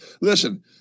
listen